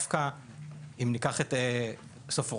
בסוף,